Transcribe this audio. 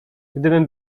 gdybym